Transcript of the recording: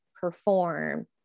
perform